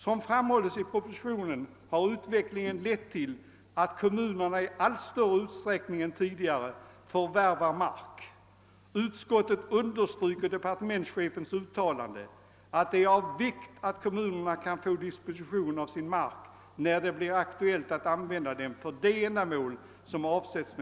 Som framhållits i propositionen har utvecklingen lett till att kommunerna i större utsträckning än tidigare förvärvar mark. Utskottet understryker departementschefens uttalande att det är av vikt att kommunerna kan få dispositionen av sin mark när det blir aktuellt att använda den för det ändamål som avsetts.